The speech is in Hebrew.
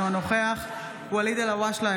בעד ואליד אלהואשלה,